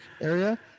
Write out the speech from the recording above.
area